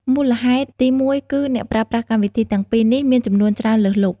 មូលហេតុទីមួយគឺ អ្នកប្រើប្រាស់កម្មវិធីទាំងពីរនេះមានចំនួនច្រើនលើសលប់។